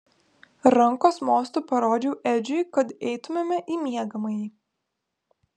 rankos mostu parodžiau edžiui kad eitumėme į miegamąjį